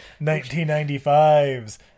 1995's